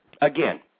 Again